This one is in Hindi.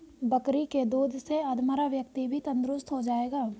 बकरी के दूध से अधमरा व्यक्ति भी तंदुरुस्त हो जाएगा